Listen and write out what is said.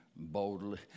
boldly